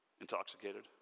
intoxicated